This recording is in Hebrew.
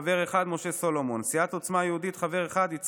חבר אחד: משה סולומון,